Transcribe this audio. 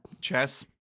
Chess